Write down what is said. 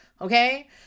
okay